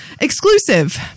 Exclusive